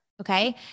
okay